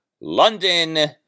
London